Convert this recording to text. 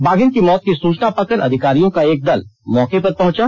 बाधिन की मौत की सूचना पाकर अधिकारियों का एक दल मौके पर पहुंचा